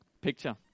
picture